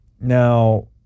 Now